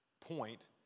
point